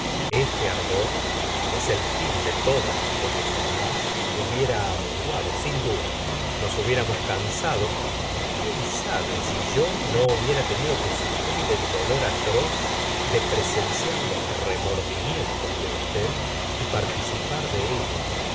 este ardor es el fin de todas las casas humanas hubiera amenguado sin duda nos hubiéramos cansado y quién sabe si yo no hubiera tenido que sufrir el dolor atroz de presenciar los remordimientos de usted y participar de ellos